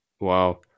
Wow